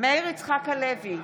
מאיר יצחק הלוי,